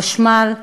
חשמל,